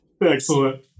Excellent